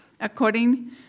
according